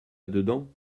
dedans